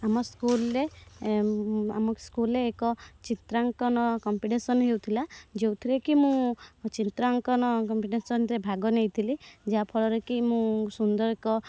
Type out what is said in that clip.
ଆମ ସ୍କୁଲରେ ଆମ ସ୍କୁଲରେ ଏକ ଚିତ୍ରାଙ୍କନ କମ୍ପିଟେସନ୍ ହେଉଥିଲା ଯେଉଁଥିରେ କି ମୁଁ ଚିତ୍ରାଙ୍କନ କମ୍ପିଟେସନ୍ରେ ଭାଗ ନେଇଥିଲି ଯାହାଫଳରେ କି ମୁଁ ସୁନ୍ଦର ଏକ